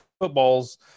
football's